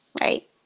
Right